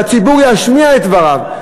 והציבור ישמיע את דבריו,